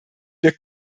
wir